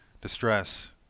distress